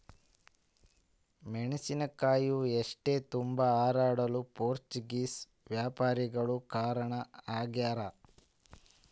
ಮೆಣಸಿನಕಾಯಿ ಏಷ್ಯತುಂಬಾ ಹರಡಲು ಪೋರ್ಚುಗೀಸ್ ವ್ಯಾಪಾರಿಗಳು ಕಾರಣ ಆಗ್ಯಾರ